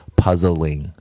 puzzling